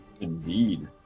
Indeed